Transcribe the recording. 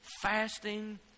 fasting